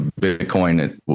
Bitcoin